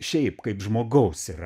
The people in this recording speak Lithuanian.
šiaip kaip žmogaus yra